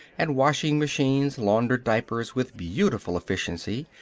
and washing-machines laundered diapers with beautiful efficiency,